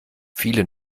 viele